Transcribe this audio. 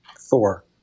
Thor